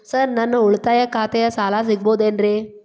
Sir ನನ್ನ ಉಳಿತಾಯ ಖಾತೆಯ ಸಾಲ ಸಿಗಬಹುದೇನ್ರಿ?